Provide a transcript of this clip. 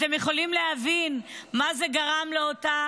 אתם יכולים להבין מה זה גרם לאותה